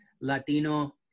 Latino